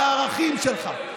על הערכים שלך,